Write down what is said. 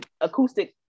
acoustic